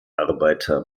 arbeiter